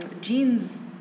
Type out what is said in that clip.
jeans